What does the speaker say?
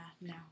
No